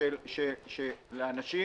פנייה לאנשים: